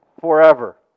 forever